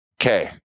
Okay